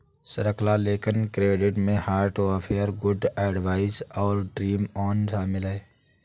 श्रृंखला लेखन क्रेडिट में हार्ट अफेयर, गुड एडवाइस और ड्रीम ऑन शामिल हैं